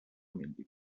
ملی